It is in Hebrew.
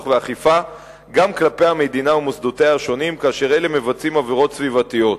ואכיפה גם כלפי המדינה ומוסדותיה כאשר אלה מבצעים עבירות סביבתיות.